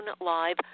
live